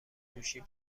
گوشی